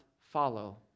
follow